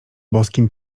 boskim